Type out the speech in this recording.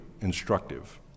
instructive